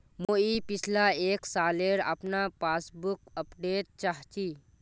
मुई पिछला एक सालेर अपना पासबुक अपडेट चाहची?